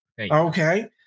Okay